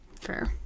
Fair